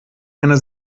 einer